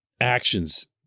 actions